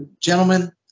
gentlemen